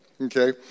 okay